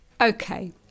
Okay